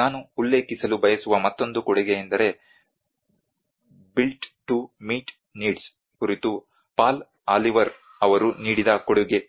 ನಾನು ಉಲ್ಲೇಖಿಸಲು ಬಯಸುವ ಮತ್ತೊಂದು ಕೊಡುಗೆಯೆಂದರೆ ಬಿಲ್ಟ್ ಟು ಮೀಟ್ ನೀಡ್ಸ್ ' ಕುರಿತು ಪಾಲ್ ಆಲಿವರ್ ರವರು ನೀಡಿದ ಕೊಡುಗೆ